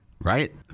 Right